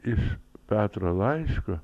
iš petro laiško